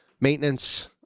maintenance